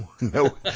no